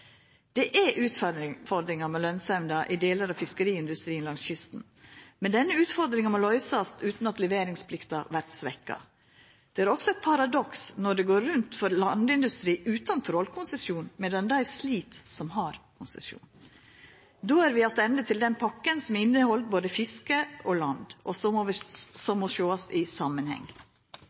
Det er utfordringar med lønsemda i delar av fiskeriindustrien langs kysten, men denne utfordringa må løysast utan at leveringsplikta vert svekt. Det er også eit paradoks at det går rundt for landindustri utan trålkonsesjon, medan dei som har konsesjon, slit. Då er vi attende til den pakka som inneheld både fiske og landindustri, og som må sjåast i samanheng.